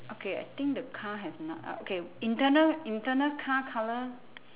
okay I think the car have uh okay internal internal car colour